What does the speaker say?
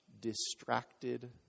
distracted